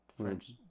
French